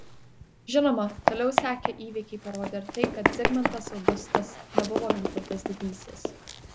žinoma toliau sekę įvykiai parodė ir tai kad zigmantas augustas nebuvo vytautas didysis